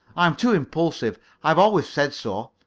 i am too impulsive i have always said so.